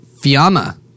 fiamma